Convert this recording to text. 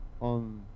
on